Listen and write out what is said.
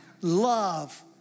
love